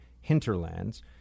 hinterlands